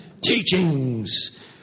Teachings